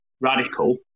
radical